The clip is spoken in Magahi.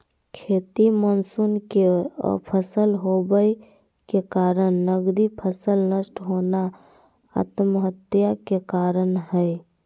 खेती मानसून के असफल होबय के कारण नगदी फसल नष्ट होना आत्महत्या के कारण हई